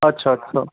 अच्छा अच्छा